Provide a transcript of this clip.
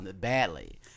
badly